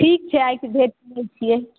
ठीक छै आइ भेट करै छियै